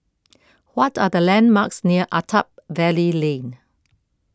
what are the landmarks near Attap Valley Lane